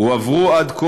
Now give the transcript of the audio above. הועברו עד 2016